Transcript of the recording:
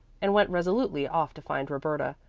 and went resolutely off to find roberta,